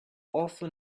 often